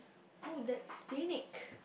oo that's scenic